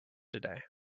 today